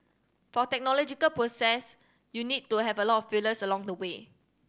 for technological process you need to have a lot of failures along the way